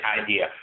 idea